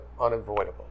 unavoidable